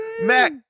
Mac